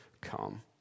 come